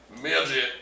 midget